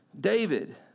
David